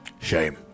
shame